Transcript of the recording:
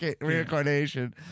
reincarnation